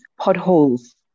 potholes